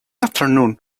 afternoon